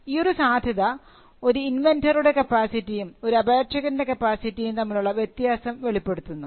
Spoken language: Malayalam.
ഈയൊരു സാധ്യത ഒരു ഇൻവെൻന്ററുടെ കപ്പാസിറ്റിയും ഒരു അപേക്ഷകൻറെ കപ്പാസിറ്റിയും തമ്മിലുള്ള വ്യത്യാസം വെളിപ്പെടുത്തുന്നു